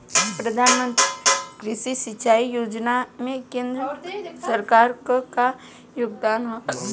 प्रधानमंत्री कृषि सिंचाई योजना में केंद्र सरकार क का योगदान ह?